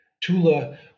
Tula